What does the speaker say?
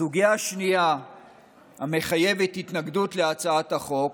סוגיה שנייה המחייבת התנגדות להצעת החוק